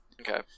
Okay